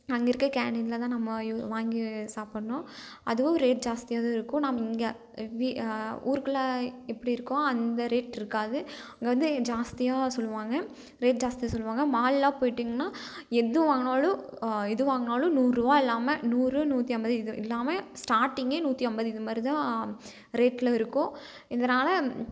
அங்கேருக்க கேண்டீன்ல தான் நம்ம வாங்கி சாப்புடண்ணும் அதுவும் ரேட் ஜாஸ்தியாக தான் இருக்கும் நாம் இங்கே ஊருக்குள்ளே எப்படி இருக்கோம் அந்த ரேட் இருக்காது அங்கே வந்து ஜாஸ்தியாக சொல்லுவாங்க ரேட் ஜாஸ்தியாக சொல்லுவாங்க மால்லாம் போயிட்டீங்கனா எது வாங்கினாலும் எது வாங்கினாலும் நூறுரூபா இல்லாமல் நூறு நூற்றி ஐம்பது இது இல்லாமல் ஸ்டார்டிங்கே நூற்றி ஐம்பது இதுமாதிரி தான் ரேட்ல இருக்கும் இதனால்